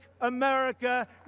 America